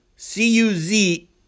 C-U-Z